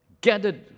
Gathered